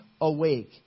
awake